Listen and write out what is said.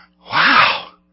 Wow